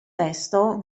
testo